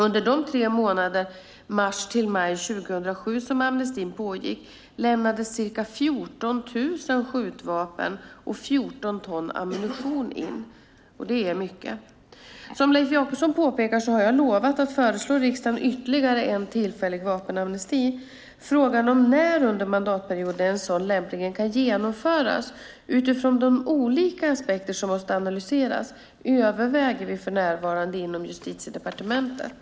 Under de tre månader, mars-maj 2007, som amnestin pågick lämnades ca 14 000 skjutvapen och 14 ton ammunition in. Det är mycket. Som Leif Jakobsson påpekar har jag lovat att föreslå riksdagen ytterligare en tillfällig vapenamnesti. Frågan om när under mandatperioden en sådan lämpligen kan genomföras utifrån de olika aspekter som måste analyseras övervägs för närvarande inom Justitiedepartementet.